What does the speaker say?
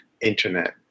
internet